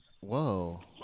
whoa